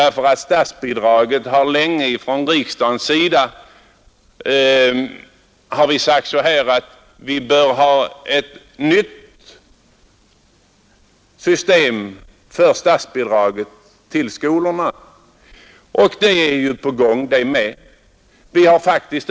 Riksdagen har sedan länge uttalat att vi bör ha ett nytt system för statsbidraget till skolorna, och ett sådant är ju också på väg.